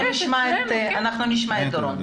בהמשך אנחנו נשמע את דורון.